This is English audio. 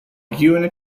unit